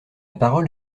parole